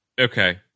Okay